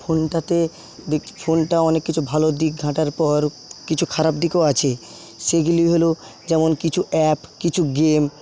ফোনটাতে ফোনটা অনেককিছু ভালো দিক ঘাটার পর কিছু খারাপ দিকও আছে সেগুলি হল যেমন কিছু অ্যাপ কিছু গেম